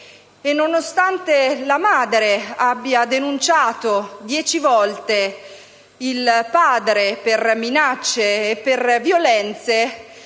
Nonostante la madre abbia denunciato dieci volte il padre per minacce e violenze,